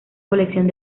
colección